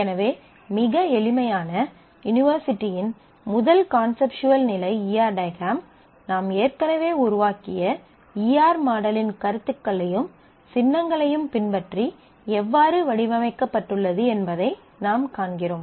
எனவே மிக எளிமையான யூனிவர்சிட்டியின் முதல் கான்செப்ட்வல் நிலை ஈ ஆர் டயக்ராம் நாம் ஏற்கனவே உருவாக்கிய ஈஆர் மாடலின் கருத்துகளையும் சின்னங்களையும் பின்பற்றி எவ்வாறு வடிவமைக்கப்பட்டுள்ளது என்பதை நாம் காண்கிறோம்